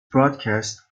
broadcast